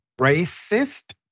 racist